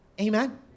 Amen